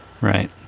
Right